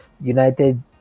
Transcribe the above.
United